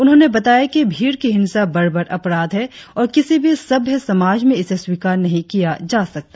उन्होंने बताया कि भीड़ की हिंसा बर्बर अपराध है और किसी भी सभ्य समाज में इसे स्वीकार नहीं किया जा सकता